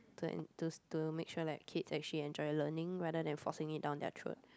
to en~ to make sure like kids actually enjoy learning rather than forcing it down their throat